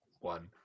one